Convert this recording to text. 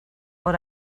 what